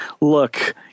look